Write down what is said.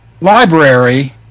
library